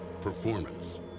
performance